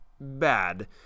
bad